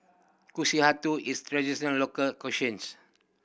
kushikatsu is traditional local cuisines